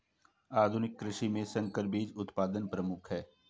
आधुनिक कृषि में संकर बीज उत्पादन प्रमुख है